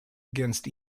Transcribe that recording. against